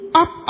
up